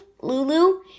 Lulu